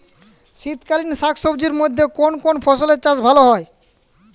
শীতকালীন শাকসবজির মধ্যে কোন কোন ফসলের চাষ ভালো হয়?